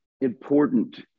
important